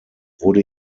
wurde